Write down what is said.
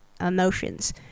emotions